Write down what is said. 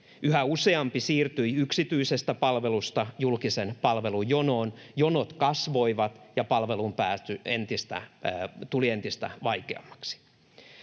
Yhä useampi siirtyi yksityisestä palvelusta julkisen palvelun jonoon, jonot kasvoivat ja palveluun pääsy tuli entistä vaikeammaksi.